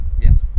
Yes